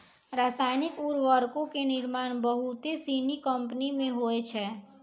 रसायनिक उर्वरको के निर्माण बहुते सिनी कंपनी मे होय छै